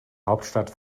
hauptstadt